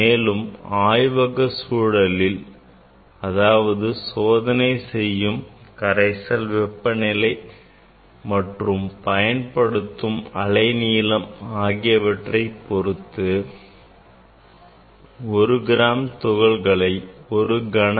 மேலும் ஆய்வக சூழலில் அதாவது சோதனை செய்யும் கரைசல் வெப்பநிலை மற்றும் பயன்படுத்தும் அலைநீளம் ஆகியவற்றை பொருத்து 1கிராம் துகள்களை 1 கன செ